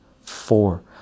Four